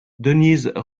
denise